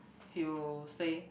he will say